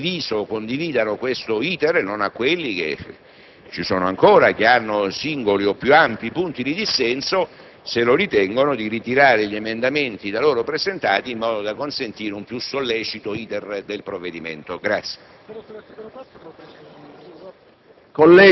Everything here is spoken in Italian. abbiano condiviso o condividano questo *iter* e non a quelli - ci sono ancora - che hanno singoli o più ampi punti di dissenso, se lo ritengono, di ritirare gli emendamenti da loro presentati, in modo da consentire un più sollecito *iter* del provvedimento.